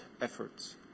efforts